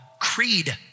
creed